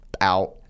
Out